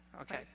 Okay